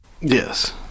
Yes